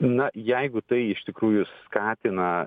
na jeigu tai iš tikrųjų skatina